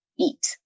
eat